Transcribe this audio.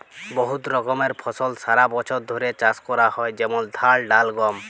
বহুত রকমের ফসল সারা বছর ধ্যরে চাষ ক্যরা হয় যেমল ধাল, ডাল, গম